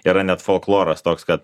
yra net folkloras toks kad